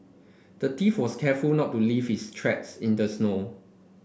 the thief was careful not to leave his tracks in the snow